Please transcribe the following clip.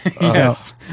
Yes